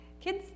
Kids